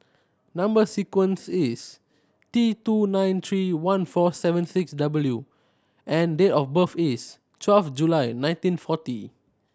number sequence is T two nine three one four seven six W and date of birth is twelve July nineteen forty